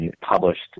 published